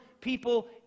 people